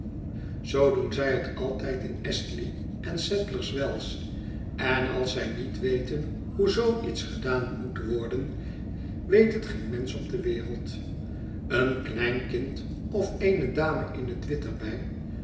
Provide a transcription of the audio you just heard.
zoo doen zij het altijd in astley en sadler's wells en als zij niet weten hoe zoo iets gedaan moet worden weet het geen mensch op de wereld een klein kind of eene dame in het wit er